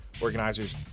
Organizers